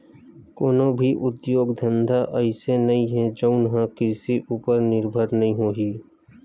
कोनो भी उद्योग धंधा अइसे नइ हे जउन ह कृषि उपर निरभर नइ होही